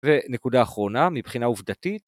ונקודה אחרונה מבחינה עובדתית